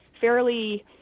fairly